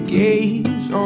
gaze